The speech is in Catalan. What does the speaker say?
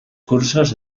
cursos